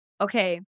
Okay